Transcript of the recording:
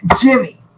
Jimmy